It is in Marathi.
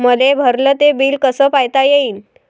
मले भरल ते बिल कस पायता येईन?